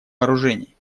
вооружений